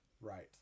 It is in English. Right